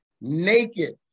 naked